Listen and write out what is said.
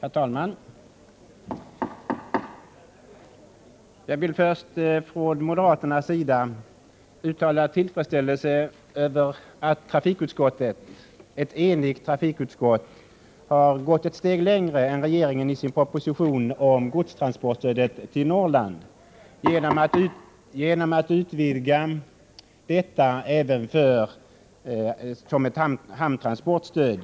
Herr talman! Jag vill först från moderaternas sida uttala tillfredsställelse över att ett enigt trafikutskott har gått ett steg längre än regeringen gjorde i sin proposition om godstransportstöd till Norrland genom att utvidga stödet till att även vara ett hamntransportstöd.